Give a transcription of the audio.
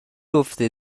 افته